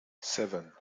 seven